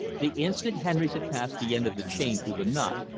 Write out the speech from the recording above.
the instant henrys had passed the end of the chain through the knot,